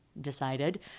Decided